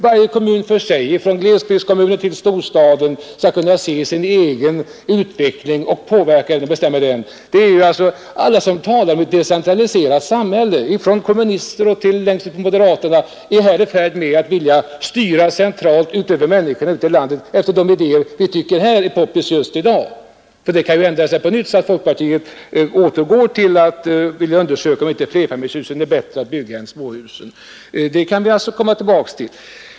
Varje kommun för sig, från glesbygdskommunen till storstaden, skall kunna se sin egen utveckling och påverka och bestämma den. Alla, från kommunister till moderater, som talar om ett decentraliserat samhälle vill centralt bestämma över människorna ute i landet efter de idéer som vi har just i dag. Det kan ju ändra sig på nytt så att folkpartiet återgår till att vilja undersöka om inte flerfamiljshusen är bättre att bygga än småhusen. Det kan vi alltså komma tillbaka till.